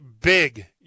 big